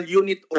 unit